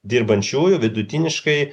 dirbančiųjų vidutiniškai